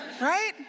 right